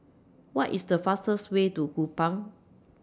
What IS The fastest Way to Kupang